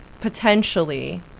potentially